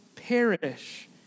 perish